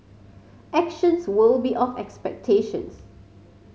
actions will be of expectations